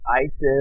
ISIS